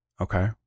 Okay